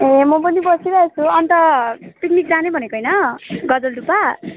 ए म पनि बसिरहेको छु अन्त पिकनिक जाने भनेको होइन गजलडुबा